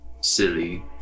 silly